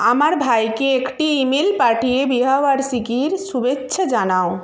আমার ভাইকে একটি ইমেল পাঠিয়ে বিবাহবার্ষিকীর শুভেচ্ছা জানাও